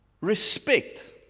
respect